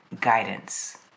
guidance